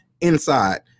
inside